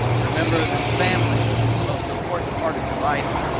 remember that family is the most important part of your life.